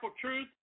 truth